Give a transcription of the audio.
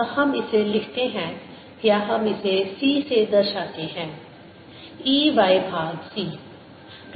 तो हम इसे लिखते हैं या हम इसे c से दर्शाते हैं E y भाग c